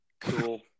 Cool